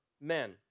men